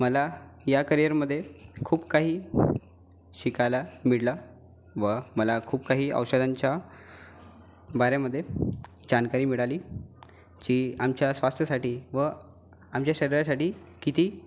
मला या करिअरमध्ये खूप काही शिकायला मिळाला व मला खूप काही औषधांच्या बाऱ्यामध्ये जानकारी मिळाली जी आमच्या स्वास्थ्यासाठी व आमच्या शरीरासाठी किती